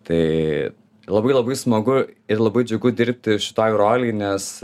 tai labai labai smagu ir labai džiugu dirbti šitoj rolėj nes